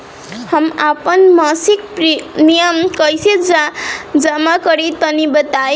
हम आपन मसिक प्रिमियम कइसे जमा करि तनि बताईं?